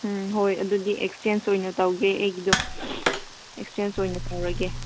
ꯎꯝ ꯍꯣꯏ ꯑꯗꯨꯗꯤ ꯑꯦꯛꯆꯦꯟꯁ ꯑꯣꯏꯅ ꯇꯧꯒꯦ ꯑꯩꯒꯤꯗꯣ ꯑꯦꯛꯆꯦꯟꯁ ꯑꯣꯏꯅ ꯇꯧꯔꯒꯦ